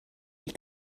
die